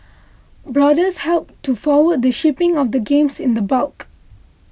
boarders helped to forward the shipping of the games in the bulk